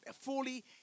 fully